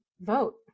vote